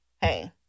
hey